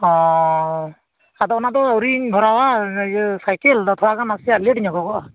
ᱚ ᱟᱫᱚ ᱚᱱᱟᱫᱚ ᱟᱹᱣᱨᱤᱧ ᱵᱷᱚᱨᱟᱣᱟ ᱤᱭᱟᱹ ᱥᱟᱭᱠᱮᱞ ᱛᱷᱚᱲᱟ ᱜᱟᱱ ᱱᱟᱥᱮᱭᱟᱜ ᱞᱮᱴ ᱧᱚᱜᱚᱜᱼᱟ